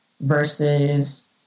versus